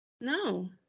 No